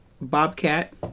Bobcat